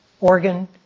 organ